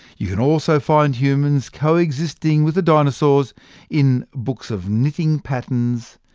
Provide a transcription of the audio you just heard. you can also find humans co-existing with the dinosaurs in books of knitting patterns,